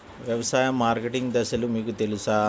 వ్యవసాయ మార్కెటింగ్ దశలు మీకు తెలుసా?